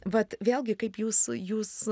vat vėlgi kaip jūs jūs